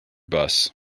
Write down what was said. bus